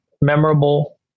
memorable